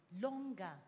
longer